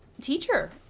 teacher